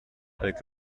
avec